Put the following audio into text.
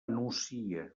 nucia